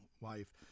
wife